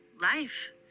life